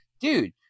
Dude